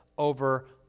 over